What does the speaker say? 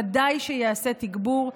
ודאי שייעשה תגבור.